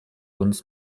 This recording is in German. uns